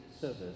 service